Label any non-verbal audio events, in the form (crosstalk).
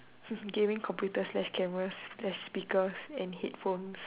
(laughs) gaming computers slash cameras there's speakers and headphones